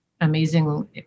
amazing